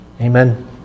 Amen